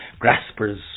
graspers